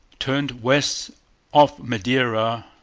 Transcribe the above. turned west off madeira,